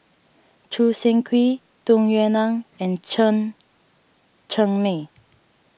Choo Seng Quee Tung Yue Nang and Chen Cheng Mei